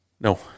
No